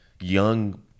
young